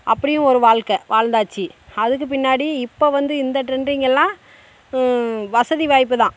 அப்படியும் ஒரு வாழ்க்கை வாழ்ந்தாச்சு அதுக்கு பின்னாடி இப்போ வந்து இந்த டிரெண்டிங் எல்லாம் வசதி வாய்ப்பு தான்